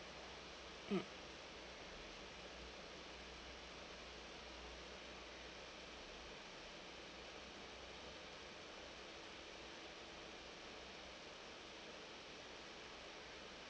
mm